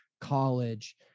college